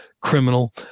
criminal